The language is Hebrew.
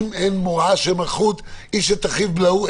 אם אין מוראה של מלכות איש את אחיו בלעו.